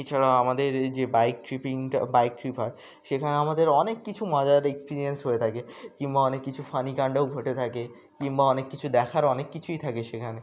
এছাড়া আমাদের যে বাইক ট্রিপিংটা বাইক ট্রিপ হয় সেখানে আমাদের অনেক কিছু মজার এক্সপিরিয়েন্স হয়ে থাকে কিংবা অনেক কিছু ফানি কাণ্ডও ঘটে থাকে কিংবা অনেক কিছু দেখার অনেক কিছুই থাকে সেখানে